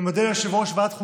אני מודה ליושב-ראש ועדת החוקה,